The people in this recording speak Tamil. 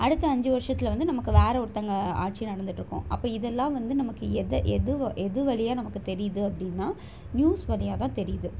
அடுத்த அஞ்சு வருஷத்தில் வந்து நமக்கு வேற ஒருத்தவங்க ஆட்சி நடந்துகிட்ருக்கும் அப்போ இதெல்லாம் வந்து நமக்கு எத எது வ எது வழியா நமக்கு தெரியுது அப்படின்னா நியூஸ் வழியாதான் தெரியுது